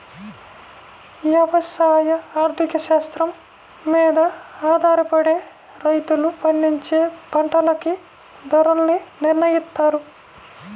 యవసాయ ఆర్థిక శాస్త్రం మీద ఆధారపడే రైతులు పండించే పంటలకి ధరల్ని నిర్నయిత్తారు